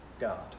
God